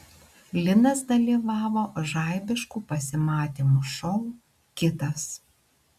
linas dalyvavo žaibiškų pasimatymų šou kitas